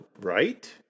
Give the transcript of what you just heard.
right